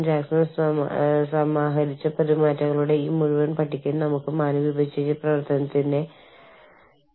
വളരെ നന്നായി നിർവചിക്കപ്പെട്ട ഒരു ബ്യൂറോക്രാറ്റിക് ഘടനയിൽ വളരെ കർശനമായ ആജ്ഞാ ശൃംഖലയുള്ളതിൽ അവർ ഉത്തരവുകൾ പാലിക്കുമെന്ന് പ്രതീക്ഷിക്കുന്നു